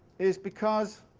is because,